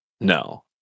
No